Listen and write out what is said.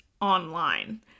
online